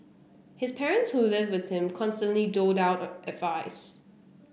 his parents who live with him constantly doled out advice